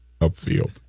upfield